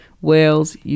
Wales